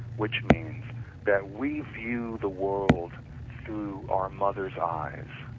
which means that we view the world through our mother's eyes,